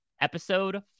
episode